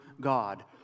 God